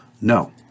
no